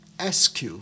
SQ